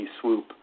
swoop